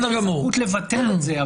לממשלה סמכות לבטל את זה,